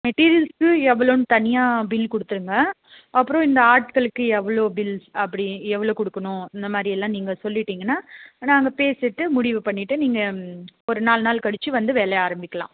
materials எவ்வளோன்னு தனியாக bill கொடுத்துருங்க அப்புறம் இந்த ஆட்களுக்கு எவ்வளோ பில்ஸ் அப்படி எவ்வளோ கொடுக்கணும் இந்தமாதிரி எல்லாம் நீங்கள் சொல்லிவிட்டீங்கன்னா நான் அங்கே பேசிவிட்டு முடிவு பண்ணிவிட்டு நீங்கள் ஒரு நாலு நாள் கழித்து வந்து வேலையை ஆரம்பிக்கலாம்